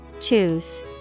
Choose